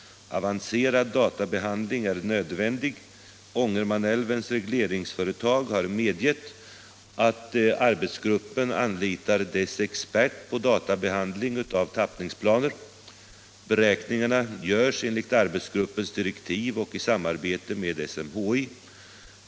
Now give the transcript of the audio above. Avancerad databehandling är nödvändig. Ångermanälvens regleringsföretag har medgett att arbetsgruppen anlitar dess expert på databehandling av tappningsplaner. Beräkningarna görs enligt arbetsgruppens direktiv och i samarbete med SMHI.